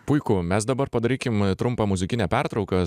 puiku mes dabar padarykim trumpą muzikinę pertrauką